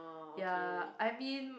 ya I mean